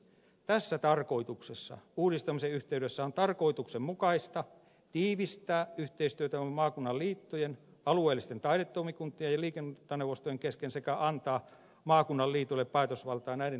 tässä tarkoituksessa uudistamisen yhteydessä on tarkoituksenmukaista tiivistää yhteistyötä maakunnan liittojen alueellisten taidetoimikuntien ja liikuntaneuvostojen kesken sekä antaa maakunnan liitoille päätösvaltaa näiden toimielinten kokoonpanojen muodostamisessa